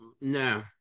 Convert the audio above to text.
No